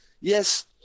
yes